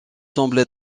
semblent